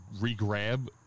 re-grab